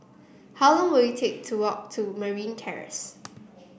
how long will it take to walk to Merryn Terrace